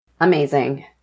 Amazing